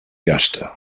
gasta